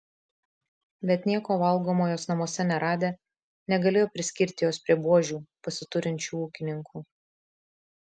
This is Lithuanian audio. bet nieko valgomo jos namuose neradę negalėjo priskirti jos prie buožių pasiturinčių ūkininkų